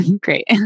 Great